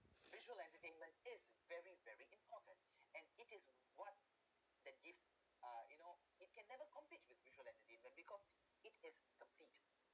visual entertainment is very very important and it is what that give ah you know it can never compete with visual entertainment because it is complete